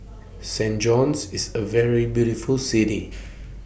Saint John's IS A very beautiful City